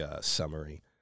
summary